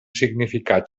significat